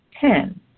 Ten